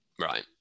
Right